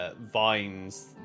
vines